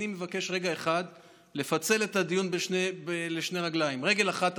אני מבקש רגע אחד לפצל את הדיון לשתי רגליים: רגל אחת,